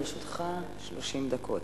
לרשותך 30 דקות.